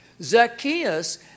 Zacchaeus